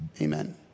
Amen